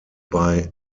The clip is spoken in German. bei